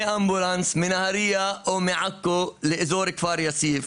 אמבולנס מנהריה או מעכו לאזור כפר יאסיף,